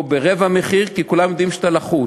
או ברבע מחיר, כי כולם יודעים שאתה לחוץ.